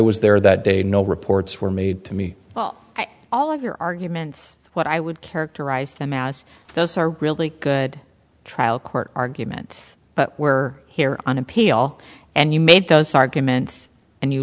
was there that day no reports were made to me well all of your arguments what i would characterize them as those are really good trial court arguments but where here on appeal and you made those arguments and you